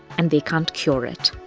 and they can't cure it